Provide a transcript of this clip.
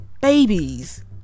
babies